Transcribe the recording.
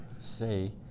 say